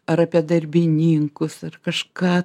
ar apie darbininkus ar kažką